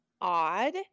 odd